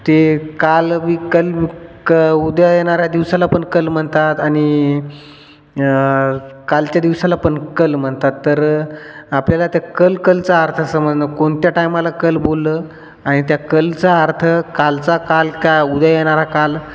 ते काल मी कल क उद्या येणाऱ्या दिवसाला पण कल म्हणतात आणि कालच्या दिवसाला पण कल म्हणतात तर आपल्याला त्या कल कलचा अर्थ समजणं कोणत्या टायमाला कल बोललं आणि त्या कलचा अर्थ कालचा काल का उद्या येणारा काल